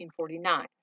1949